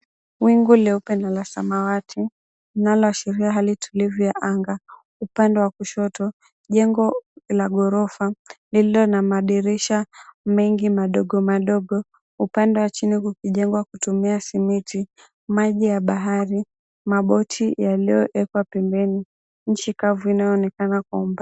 Wingu leupe na la samawati linaloashiria hali tulivu ya anga upande wa kushoto, jengo la ghorofa lililo na madirisha mengi madogo madogo upande wa chini kukijengwa kutumia simiti, maji ya bahari, maboti yaliyoekwa pembeni, mji kavu inayoonekana kwa umbali.